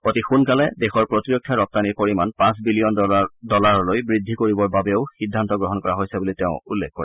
অতি সোনকালে দেশৰ প্ৰতিৰক্ষা ৰপ্তানিৰ পৰিমাণ পাঁচ বিলিয়ন ডলাৰলৈ বুদ্ধি কৰিবৰ বাবেও সিদ্ধান্ত গ্ৰহণ কৰা হৈছে বুলি তেওঁ উল্লেখ কৰে